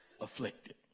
afflicted